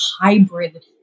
hybrid